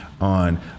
on